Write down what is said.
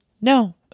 no